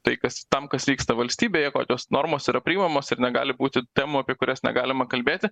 tai kas tam kas vyksta valstybėje kokios normos tai yra priimamos ir negali būti temų apie kurias negalima kalbėti